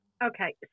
Okay